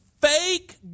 fake